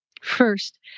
First